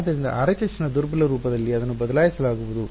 ಆದ್ದರಿಂದ RHS ನ ದುರ್ಬಲ ರೂಪದಲ್ಲಿ ಅದನ್ನು ಬದಲಾಯಿಸಲಾಗುವುದು